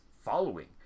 following